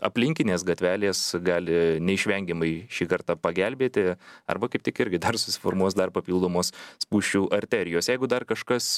aplinkinės gatvelės gali neišvengiamai šį kartą pagelbėti arba kaip tik irgi dar susiformuos dar papildomos spūsčių arterijos jeigu dar kažkas